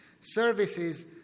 Services